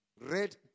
red